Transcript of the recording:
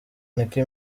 nicki